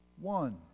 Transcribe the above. one